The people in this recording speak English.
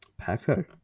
Paco